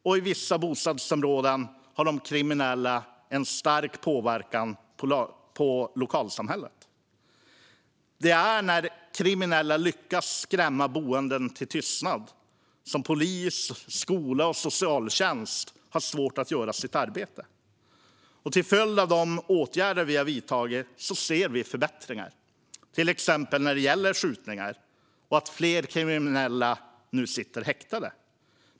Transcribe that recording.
I vissa bostadsområden har de kriminella en stark påverkan på lokalsamhället. När kriminella lyckas skrämma boende till tystnad har polis, skola och socialtjänst svårt att göra sitt arbete. Till följd av de åtgärder vi har vidtagit ser vi förbättringar, till exempel när det gäller skjutningar och att fler kriminella nu sitter häktade.